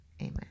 Amen